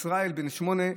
ישראל, בן 8,